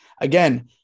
again